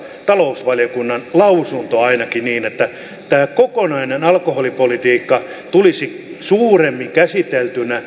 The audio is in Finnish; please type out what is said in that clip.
talousvaliokunnan lausunto niin että tämä kokonainen alkoholipolitiikka tulisi suuremmin käsiteltyä